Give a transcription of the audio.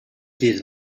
dydd